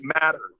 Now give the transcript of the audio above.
matters